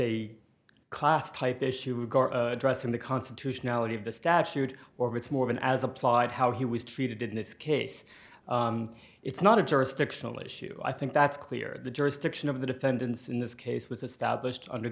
a class type issue or addressing the constitutionality of the statute or it's more than as applied how he was treated in this case it's not a jurisdictional issue i think that's clear the jurisdiction of the defendants in this case was established under